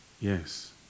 Yes